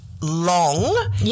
long